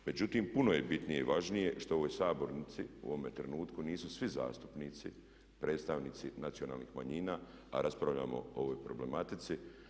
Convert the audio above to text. Međutim, puno je bitnije i važnije što u ovoj sabornici u ovome trenutku nisu svi zastupnici predstavnici nacionalnih manjina a raspravljamo o ovoj problematici.